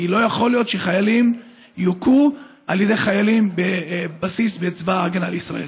כי לא יכול להיות שחיילים יוכו על ידי חיילים בבסיס בצבא ההגנה לישראל.